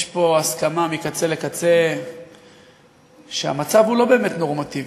יש פה הסכמה מקצה לקצה שהמצב הוא לא באמת נורמטיבי.